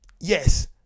yes